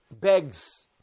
begs